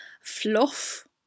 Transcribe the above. fluff